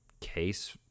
case